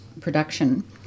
production